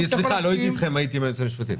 סליחה, לא הייתי אתם, הייתי עם היועצת המשפטית.